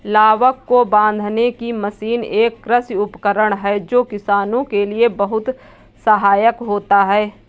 लावक को बांधने की मशीन एक कृषि उपकरण है जो किसानों के लिए बहुत सहायक होता है